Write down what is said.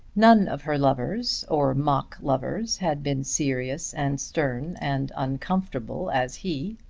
none of her lovers, or mock lovers, had been serious and stern and uncomfortable as he.